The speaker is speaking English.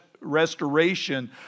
restoration